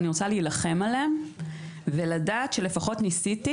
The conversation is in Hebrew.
אני רוצה להילחם עליהם ולדעת שלפחות ניסיתי